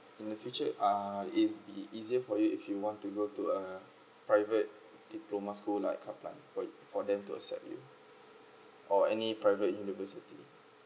in the future uh it be easier for you if you want to go to a private diploma school like up like for for them to accept you or any private university